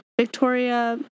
Victoria